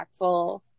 impactful